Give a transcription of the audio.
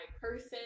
person